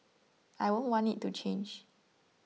I won't want it to change